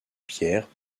pierres